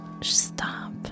Stop